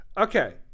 Okay